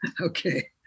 Okay